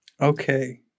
Okay